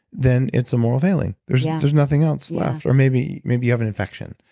then it's a moral failing. there's yeah there's nothing else left. or maybe maybe you have an infection.